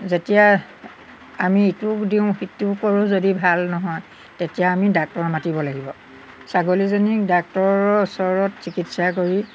যেতিয়া আমি ইটোক দিওঁ সিটো কৰোঁ যদি ভাল নহয় তেতিয়া আমি ডাক্টৰ মাতিব লাগিব ছাগলীজনীক ডাক্তৰৰ ওচৰত চিকিৎসা কৰি